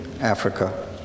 Africa